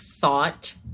thought